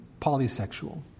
polysexual